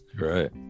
Right